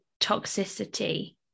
toxicity